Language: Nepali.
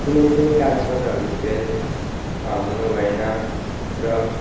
कुनै पनि कागज पत्रहरू फेल हुनु भएन र